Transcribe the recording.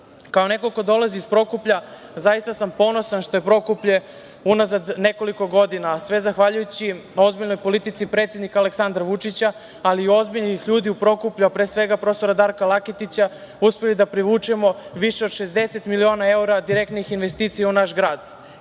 neko ko dolazi iz Prokuplja, zaista sam ponosan što je Prokuplje unazad nekoliko godina, a sve zahvaljujući ozbiljnoj politici predsednika Aleksandra Vučića, ali i ozbiljnih ljudi u Prokuplju, pre svega prof. Darka Laketića, uspeo da privuče više od 60 miliona evra direktnih investicija u naš grad,